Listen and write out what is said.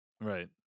right